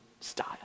style